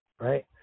right